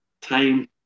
time